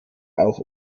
auch